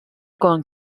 con